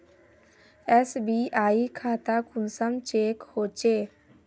SBI खाता कुंसम check होचे?